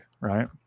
right